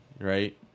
right